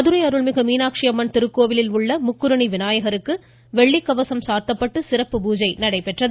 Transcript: மதுரை அருள்மிகு மீனாட்சி அம்மன் திருக்கோவில் உள்ள முக்குறுணி விநாயகருக்கு வெள்ளிக்கவசம் சாத்தப்பட்டு சிறப்பு பூஜை நடைபெறுகிறது